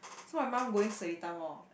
so my mum going seletar-Mall